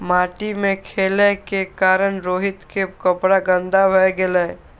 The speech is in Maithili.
माटि मे खेलै के कारण रोहित के कपड़ा गंदा भए गेलै